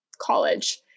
college